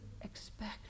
expect